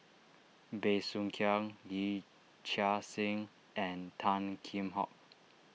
Bey Soo Khiang Yee Chia Hsing and Tan Kheam Hock